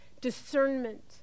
Discernment